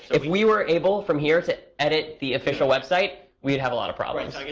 if we were able, from here, to edit the official website, we'd have a lot of problems. i mean